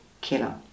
killer